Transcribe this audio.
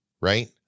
right